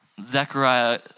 Zechariah